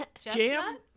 Jam